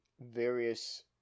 various